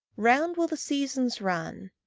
round will the seasons run.